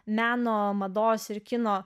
meno mados ir kino